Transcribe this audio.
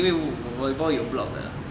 因为我 volleyball 有 block 的